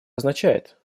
означает